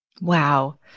Wow